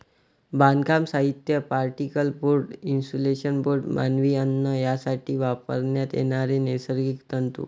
बांधकाम साहित्य, particle board, insulation board, मानवी अन्न यासाठी वापरण्यात येणारे नैसर्गिक तंतू